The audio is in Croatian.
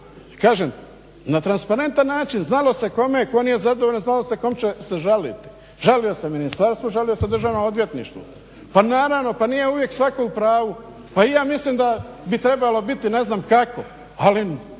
kažem na transparentan način znalo se kome, ko nije zadovoljan, znalo se kom će se žaliti. Žalio se ministarstvu, žalio se državnom odvjetništvu. Pa naravno, pa nije uvijek svako u pravu, pa i ja mislim da bi trebalo biti ne znam kako, ali